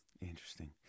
interesting